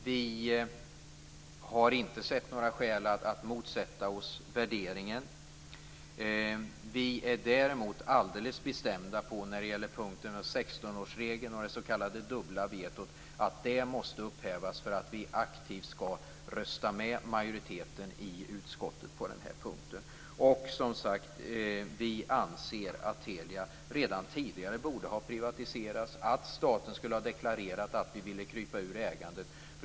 Vi har inte sett några skäl att motsätta oss värderingen. Vi är däremot alldeles bestämda när det gäller punkten om 16 års-regeln och det s.k. dubbla vetot, dvs. att det måste upphävas för att vi aktivt skall rösta med majoriteten i utskottet. Vi anser, som sagt var, att Telia borde ha privatiserats redan tidigare och att staten skulle ha deklarerat att vi ville krypa ur ägandet.